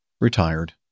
retired